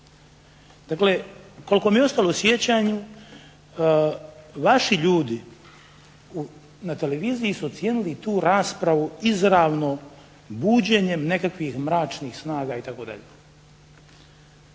Dakle, koliko mi je ostalo u sjećanju vaši ljudi na televiziji su ocijenili tu raspravu izravno buđenjem nekakvih mračnih snaga itd.